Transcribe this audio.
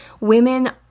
Women